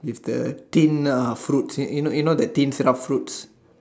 with the tint of fruit you know you know the tint syrup fruits